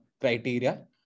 criteria